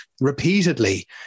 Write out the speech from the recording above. repeatedly